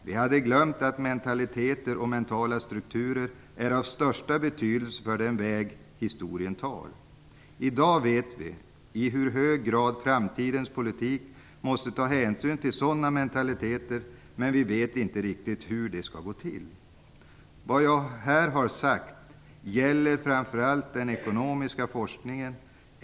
Vi hade glömt att mentaliteter och mentala strukturer är av största betydelse för den väg historien tar. I dag vet vi i hur hög grad framtidens politik måste ta hänsyn till sådana mentaliteter, men vi vet inte riktigt hur det ska gå till. Vad jag har sagt gäller - framför allt den ekonomiska forskningen.